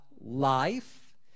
life